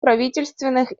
правительственных